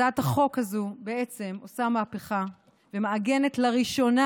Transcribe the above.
הצעת החוק הזאת עושה מהפכה ומעגנת לראשונה